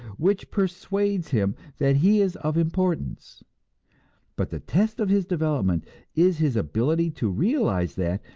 which persuades him that he is of importance but the test of his development is his ability to realize that,